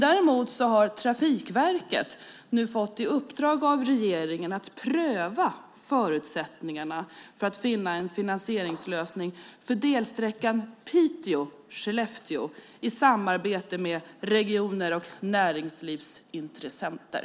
Däremot har Trafikverket nu fått i uppdrag av regeringen att pröva förutsättningarna för att finna en finansieringslösning för delsträckan Piteå-Skellefteå i samarbete med regioner och näringslivsintressenter.